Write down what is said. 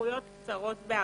ההתמחויות קצרות בהרבה,